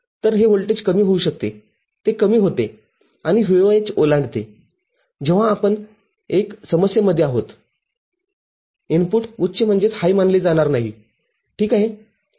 तर हे व्होल्टेज कमी होऊ शकते ते कमी होते आणि VOH ओलांडते तेव्हा आपण एक समस्येमध्ये आहोतइनपुट उच्च मानले जाणार नाही ठीक आहे